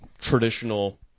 traditional